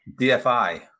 Dfi